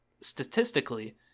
statistically